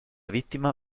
vittima